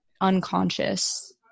unconscious